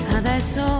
adesso